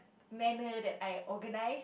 manner that I organise